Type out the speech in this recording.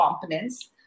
components